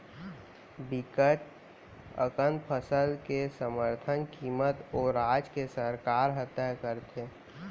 बिकट अकन फसल के समरथन कीमत ओ राज के सरकार ह तय करथे